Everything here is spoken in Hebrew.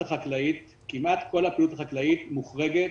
כמעט כל הפעילות החקלאית מוחרגת